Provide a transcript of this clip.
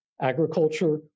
Agriculture